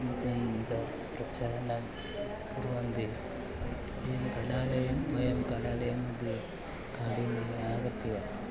निरन्तरं प्रचारणं कुर्वन्ति अयं कलालयं वयं कलालयं मध्ये काडिमे आगत्य